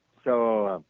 so,